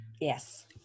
Yes